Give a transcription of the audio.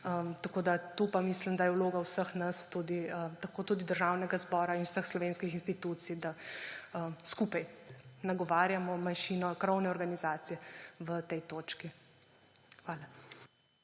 To pa mislim, da je vloga vseh nas, tako tudi Državnega zbora in vseh slovenskih institucij, da skupaj nagovarjamo manjšino, krovne organizacije v tej točki. Hvala.